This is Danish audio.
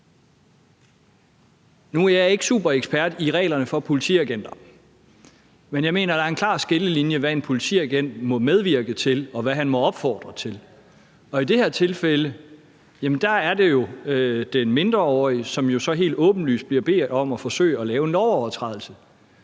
Nu er jeg ikke superekspert i reglerne for politiagenter, men jeg mener, at der er en klar skillelinje mellem, hvad en politiagent må medvirke til, og hvad han må opfordre til. I det her tilfælde er det jo den mindreårige, som jo så helt åbenlyst bliver bedt om at forsøge at lave en lovovertrædelse.